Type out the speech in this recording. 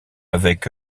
avec